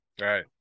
Right